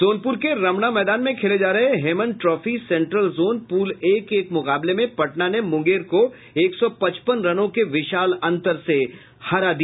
सोनपुर के रमणा मैदान में खेले जा रहे Hemen trophy central zone pool A के एक मुकाबले में पटना ने मुंगेर को एक सौ पचपन रनों के विशाल अंतर से हरा दिया